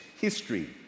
history